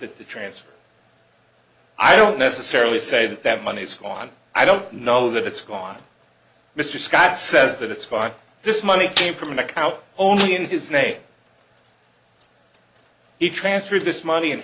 to transfer i don't necessarily say that that money's gone i don't know that it's gone mr scott says that it's fine this money came from an account only in his name he transferred this money and